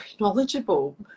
knowledgeable